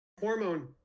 hormone